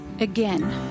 again